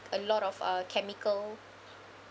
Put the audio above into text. a lot of uh chemical